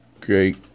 Great